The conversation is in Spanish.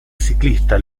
ciclista